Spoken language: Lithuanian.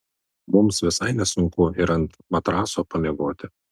mums visai nesunku ir ant matraso pamiegoti